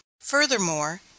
furthermore